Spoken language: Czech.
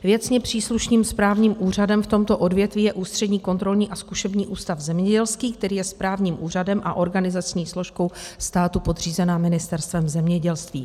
Věcně příslušným správním úřadem v tomto odvětví je Ústřední kontrolní a zkušební ústav zemědělský, který je správním úřadem a organizační složkou státu řízenou Ministerstvem zemědělství.